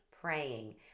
praying